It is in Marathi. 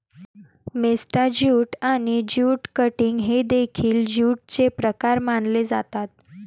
मेस्टा ज्यूट आणि ज्यूट कटिंग हे देखील ज्यूटचे प्रकार मानले जातात